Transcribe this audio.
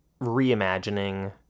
reimagining